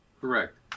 Correct